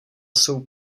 jsou